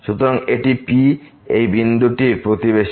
সুতরাং এটি P এই বিন্দুটির প্রতিবেশী